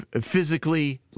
physically